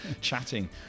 chatting